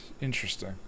Interesting